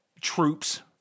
troops